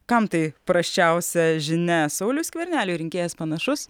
kam tai prasčiausia žinia sauliui skverneliui rinkėjas panašus